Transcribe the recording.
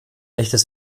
echtes